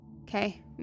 Okay